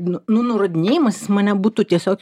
nu nu nurodinėjimas jis mane būtų tiesiog